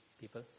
people